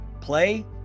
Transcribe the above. play